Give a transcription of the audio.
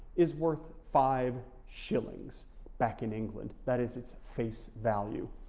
is worth five shillings back in england, that is its face value.